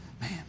Man